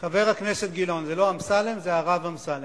חבר הכנסת גילאון, זה לא "אמסלם", זה "הרב אמסלם".